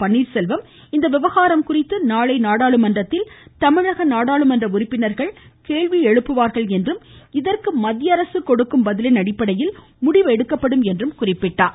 பன்னீர்செல்வம் இந்த விவகாரம் குறித்து நாளை நாடாளுமன்றத்தில் தமிழக நாடாளுமன்ற உறுப்பினர்கள் கேள்வி எழுப்புவார்கள் என்றும் இதற்கு மத்திய அரசு கொடுக்கும் பதிலின் அடிப்படையில் முடிவெடுக்கப்படும் என்றும் கூறினார்